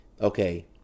okay